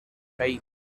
faith